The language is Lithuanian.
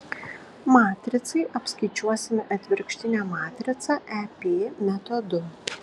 matricai apskaičiuosime atvirkštinę matricą ep metodu